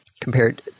compared